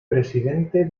presidente